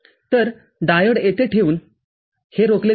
तर डायोड येथे ठेवून हे रोखले जाते